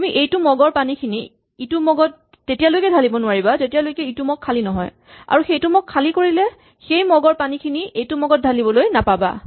তুমি এইটো মগৰ পানীখিনি ইটো মগত তেতিয়ালৈকে ঢালিব নোৱাৰিবা যেতিয়ালৈকে ইটো মগ খালী নহয় আৰু সেইটো মগ খালী কৰিলে সেই মগৰ পানীখিনি এইটো মগত ঢালিবলৈ নাপাবা